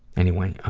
anyway.